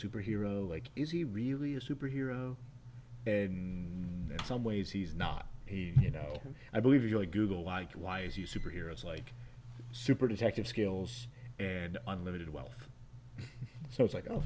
superhero like is he really a superhero and some ways he's not he you know i believe you like google like why is he superheroes like super detective skills and unlimited wealth so it's like oh